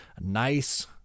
Nice